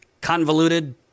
convoluted